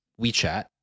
WeChat